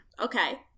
Okay